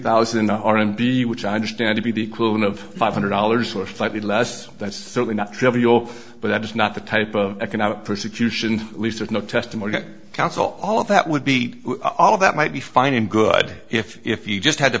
thousand r and b which i understand to be the equivalent of five hundred dollars or slightly less that's certainly not trivial but i'm just not the type of economic persecution least of no testimony counsel all of that would beat all of that might be fine and good if you just had to